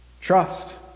trust